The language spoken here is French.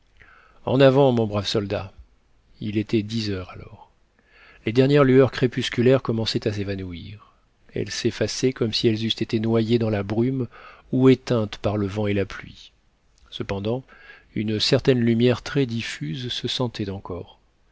en avant mon brave soldat il était dix heures alors les dernières lueurs crépusculaires commençaient à s'évanouir elles s'effaçaient comme si elles eussent été noyées dans la brume ou éteintes par le vent et la pluie cependant une certaine lumière très diffuse se sentait encore